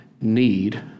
need